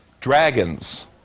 dragons